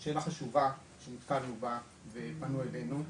זאת שאלה חשובה שנתקלנו בה ופנו אלינו,